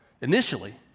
initially